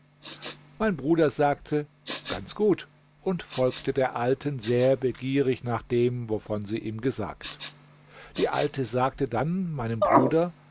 mein bruder sagte ganz gut und folgte der alten sehr begierig nach dem wovon sie ihm gesagt die alte sagte dann meinem bruder